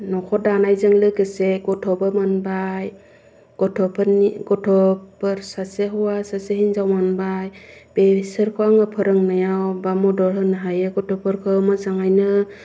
न'खर दानायजों लोगोसे गथ'बो मोनबाय गथ'फोर सासे हौवा सासे हिनजाव मोनबाय बिसोरखौ आं फोरोंनायाव बा मदद होनो हायो गथ'फोरखौ मोजाङैनो